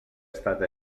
estat